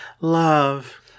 Love